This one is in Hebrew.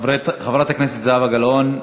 חברת הכנסת זהבה גלאון,